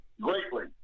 greatly